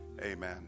Amen